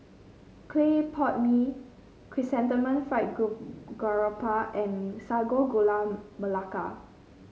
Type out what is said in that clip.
Clay Pot Mee Chrysanthemum Fried Garoupa and Sago Gula Melaka